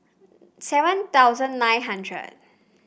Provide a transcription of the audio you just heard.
seven thousand nine hundred